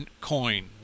coin